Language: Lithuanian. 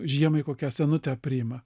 žiemai kokią senutę priima